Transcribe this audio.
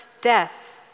death